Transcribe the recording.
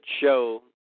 show